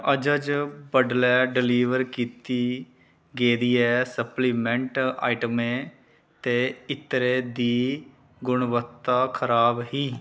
अज्ज बड्डलै डिलीवर कीती गेदियै सप्लीमेंट आइटमें ते इत्रें दी गुणवत्ता खराब ही